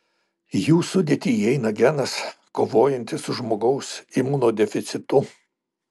į jų sudėtį įeina genas kovojantis su žmogaus imunodeficitu